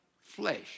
flesh